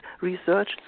research